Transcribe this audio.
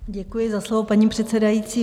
Děkuji za slovo, paní předsedající.